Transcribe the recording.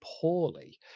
poorly